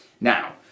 Now